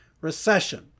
recession